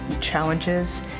challenges